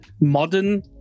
modern